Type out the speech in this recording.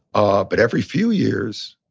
ah but every few years.